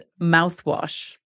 mouthwash